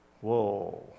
Whoa